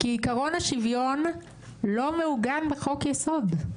כי עקרון השוויון לא מעוגן בחוק היסוד,